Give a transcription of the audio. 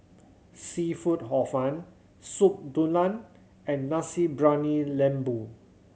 seafood Hor Fun Soup Tulang and Nasi Briyani Lembu